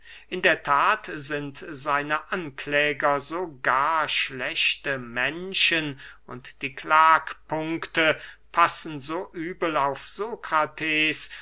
in der that sind seine ankläger so gar schlechte menschen und die klagpunkte passen so übel auf sokrates